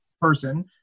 person